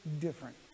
different